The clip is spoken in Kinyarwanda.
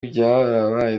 byarabaye